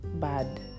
bad